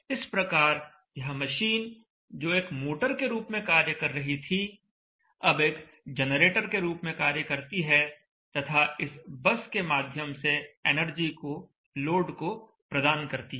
इस प्रकार यह मशीन जो एक मोटर के रूप में कार्य कर रही थी अब एक जनरेटर के रूप में कार्य करती है तथा इस बस के माध्यम से एनर्जी को लोड को प्रदान करती है